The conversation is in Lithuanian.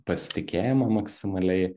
pasitikėjimą maksimaliai